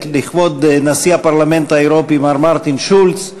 לכבוד נשיא הפרלמנט האירופי מר מרטין שולץ.